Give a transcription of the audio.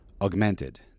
Augmented